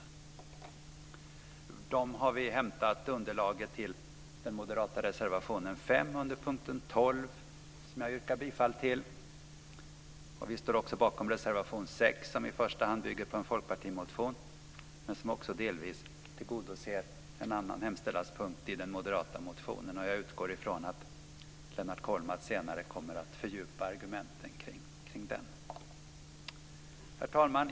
Ur dem har vi hämtat underlaget till den moderata reservationen nr 5 under punkten 12 - som jag yrkar bifall till. Vi står också bakom reservation 6, som i första hand bygger på en folkpartimotion men som också delvis tillgodoser en annan hemställanspunkt i den moderata motionen. Jag utgår från att Lennart Kollmats senare kommer att fördjupa argumenten kring den reservationen. Herr talman!